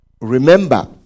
Remember